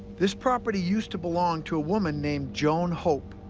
this property used to belong to a woman named joan hope.